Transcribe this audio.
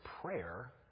prayer